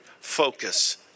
focus